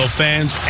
fans